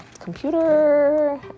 computer